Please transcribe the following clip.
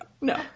No